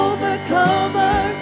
Overcomer